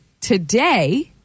today